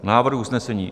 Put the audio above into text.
Návrh usnesení.